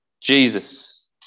Jesus